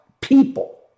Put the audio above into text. people